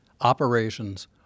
operations